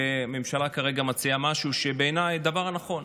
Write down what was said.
והממשלה כרגע מציעה משהו שבעיניי הוא הדבר הנכון.